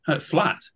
flat